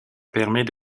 permet